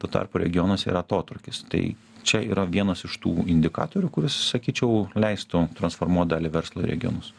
tuo tarpu regionuose yra atotrūkis tai čia yra vienas iš tų indikatorių kuris sakyčiau leistų transformuot dalį verslo į regionus